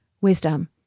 wisdom